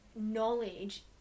knowledge